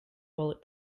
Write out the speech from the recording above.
bullet